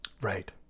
right